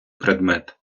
предмет